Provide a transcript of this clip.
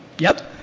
yep.